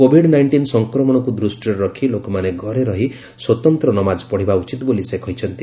Covid nineteen ମହାମାରୀ ସଂକ୍ରମଣକୁ ଦୃଷ୍ଟିରେ ରଖି ଲୋକମାନେ ଘରେ ରହି ସ୍ୱତନ୍ତ୍ର ନମାଜ ପଢ଼ିବା ଉଚିତ ବୋଲି ସେ କହିଛନ୍ତି